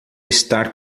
estar